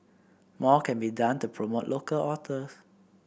more can be done to promote local authors